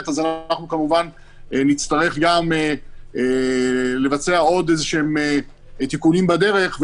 אז כמובן נצטרך גם לבצע עוד איזשהם תיקונים בדרך.